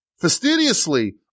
fastidiously